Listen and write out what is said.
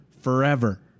forever